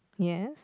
yes